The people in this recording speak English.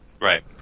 Right